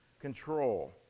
control